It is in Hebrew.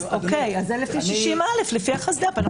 זה לפי 60א, לפי החסד"פ.